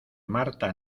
marta